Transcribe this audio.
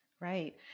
Right